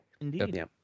Indeed